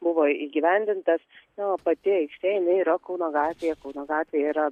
buvo įgyvendintas na o pati aikštė jinai yra kauno gatvėje kauno gatvėje yra